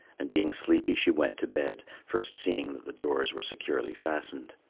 and being sleepy she went to bed, first seeing that the doors were securely fastened.